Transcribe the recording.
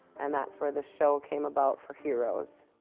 and that's where this show came about for heroes.